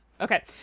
Okay